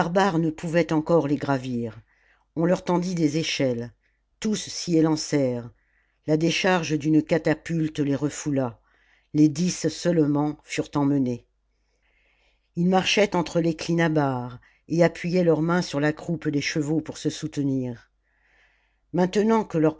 ne pouvaient encore les gravir on leur tendit des échelles tous s'y élancèrent la décharge d'une catapulte les refoula les dix seulement furent emmenés ils marchaient entre les clinabares et appuyaient leur main sur la croupe des chevaux pour se soutenir maintenant que